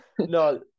No